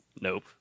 Nope